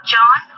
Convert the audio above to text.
John